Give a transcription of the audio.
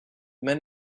men